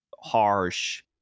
harsh